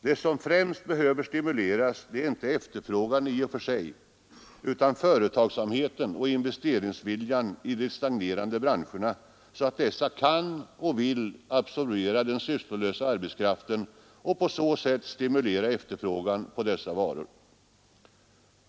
Det som främst behöver stimuleras är inte efterfrågan i och för sig, utan företagsamheten och investeringsviljan i de stagnerande branscherna, så att dessa kan och vill absorbera den sysslolösa arbetskraften och på så sätt stimulera efterfrågan på dessa varor.